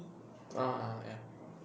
ah ah ya